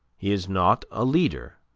he is not a leader,